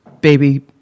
baby